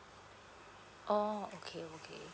oh okay okay